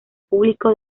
público